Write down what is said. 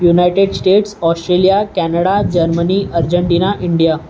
united States Australia Canada Germany Argentina India